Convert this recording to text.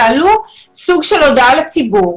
תעלו סוג של הודעה לציבור,